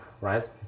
right